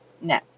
No